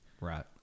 right